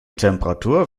temperatur